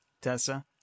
Tessa